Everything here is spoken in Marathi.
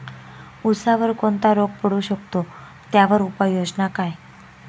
ऊसावर कोणता रोग पडू शकतो, त्यावर उपाययोजना काय?